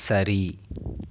சரி